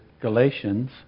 Galatians